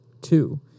Two